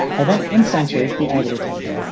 i then instantiate the idle detector.